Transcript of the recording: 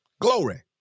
Glory